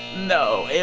no. it.